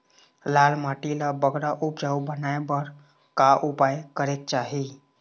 लाल माटी ला बगरा उपजाऊ बनाए बर का उपाय करेक चाही?